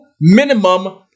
minimum